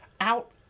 out